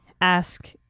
ask